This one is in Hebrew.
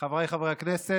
דווקא בנושא